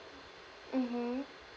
mmhmm